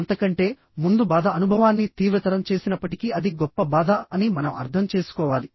అంతకంటే ముందు బాధ అనుభవాన్ని తీవ్రతరం చేసినప్పటికీ అది గొప్ప బాధ అని మనం అర్థం చేసుకోవాలి